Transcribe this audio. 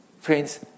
Friends